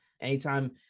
anytime